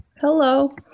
Hello